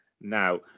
Now